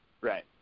Right